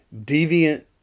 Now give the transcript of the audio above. deviant